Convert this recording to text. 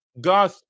God